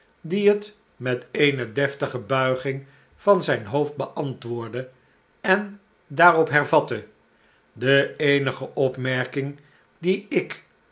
die net met eene deftige buiging van zijn hoofd beantwoordde en daarop hervatte de eenige opmerking die ik